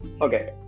Okay